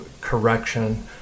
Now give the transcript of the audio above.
correction